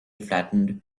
flattened